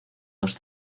dos